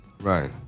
Right